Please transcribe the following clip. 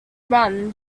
run